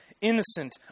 innocent